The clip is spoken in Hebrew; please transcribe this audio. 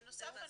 בנוסף,